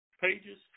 Pages